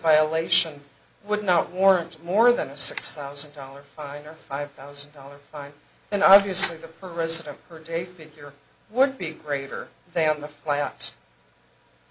violation would not warrant more than a six thousand dollars fine or five thousand dollars fine and obviously the per resident per day figure would be greater they on the fly out